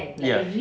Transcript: ya